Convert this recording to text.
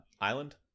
island